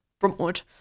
Bruntwood